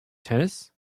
tennis